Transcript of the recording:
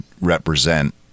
represent